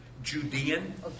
Judean